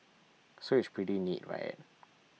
so it's pretty neat right